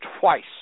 twice